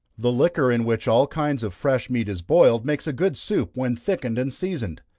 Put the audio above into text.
the liquor in which all kinds of fresh meat is boiled, makes a good soup, when thickened and seasoned.